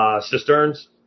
cisterns